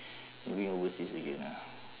you going overseas again ah